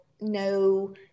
no